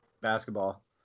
basketball